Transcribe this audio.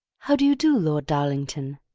how do you do, lord darlington?